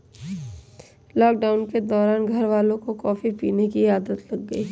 lockdown के दौरान घरवालों को कॉफी पीने की आदत लग गई